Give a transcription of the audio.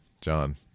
John